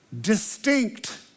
Distinct